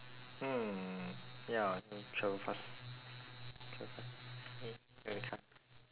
mm ya travel fast travel fast but you can't